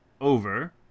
over